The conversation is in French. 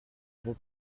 euros